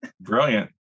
Brilliant